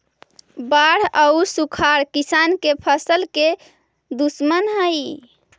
बाढ़ आउ सुखाड़ किसान के फसल के दुश्मन हइ